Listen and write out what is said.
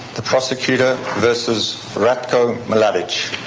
the prosecutor versus ratko mladic.